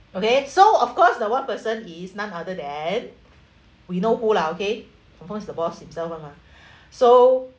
okay so of course the one person is none other than we know who lah okay confirm it's the boss himself [one] mah so